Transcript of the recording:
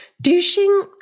Douching